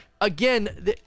again